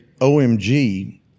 OMG